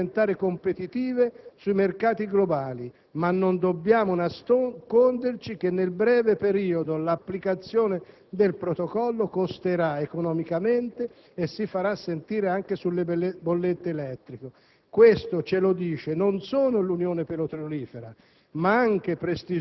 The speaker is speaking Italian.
Le industrie, se sapranno cogliere quest'occasione, potranno diventare competitive sui mercati globali, ma non dobbiamo nasconderci che nel breve periodo l'applicazione del Protocollo costerà economicamente e si farà sentire anche sulle bollette elettriche.